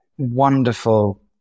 wonderful